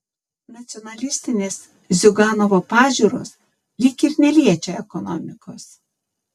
nacionalistinės ziuganovo pažiūros lyg ir neliečia ekonomikos